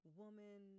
woman